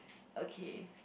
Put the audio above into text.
okay